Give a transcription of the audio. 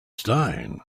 stein